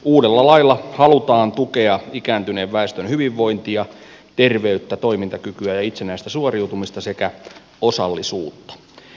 uudella lailla halutaan tukea ikääntyneen väestön hyvinvointia terveyttä toimintakykyä ja itsenäistä suoriutumista sekä osallisuutta